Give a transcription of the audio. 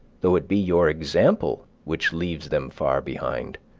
though it be your example which leaves them far behind.